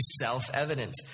self-evident